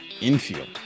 infield